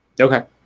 Okay